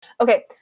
okay